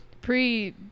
pre